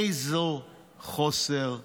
איזה חוסר הבנה.